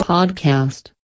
Podcast